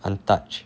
untouched